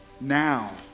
Now